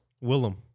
Willem